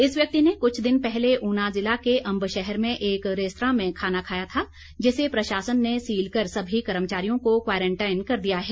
इस व्यक्ति ने कुछ दिन पहले ऊना ज़िला के अम्ब शहर में एक रैस्तरां में खाना खाया था जिसे प्रशासन ने सील कर सभी कर्मचारियों को क्वारंटाइन कर दिया है